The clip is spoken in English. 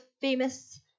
famous